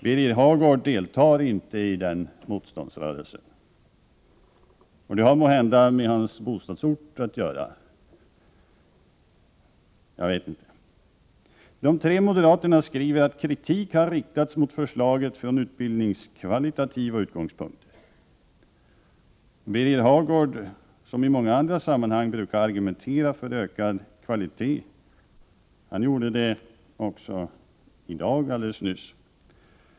Birger Hagård deltar inte i den motståndsrörelsen — det har måhända med hans bostadsort att göra, jag vet inte. De tre moderaterna skriver att kritik har riktats mot förslaget från utbildningskvalitativa utgångspunkter. Birger Hagård, som i många andra sammanhang brukar argumentera för ökad kvalitet, gjorde det också alldeles nyssi dag.